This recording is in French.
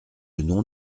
nom